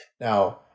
Now